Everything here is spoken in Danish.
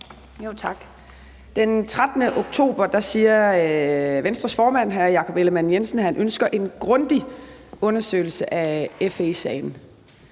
Tak. Den 13. oktober siger Venstres formand, hr. Jakob Ellemann-Jensen, at han ønsker en grundig undersøgelse af FE-sagen.